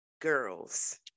girls